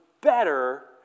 better